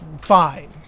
Fine